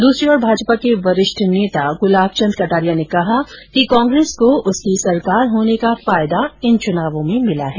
दूसरी ओर भाजपा के वरिष्ठ नेता गुलाब चन्द कटारिया ने कहा कि कांग्रेस को उसकी सरकार होने का फायदा इन चुनावों में मिला है